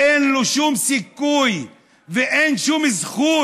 אין לו שום סיכוי ואין שום זכות.